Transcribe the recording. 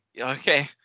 okay